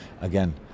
again